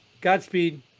Godspeed